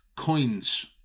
coins